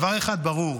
דבר אחד ברור: